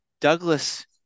Douglas